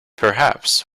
perhaps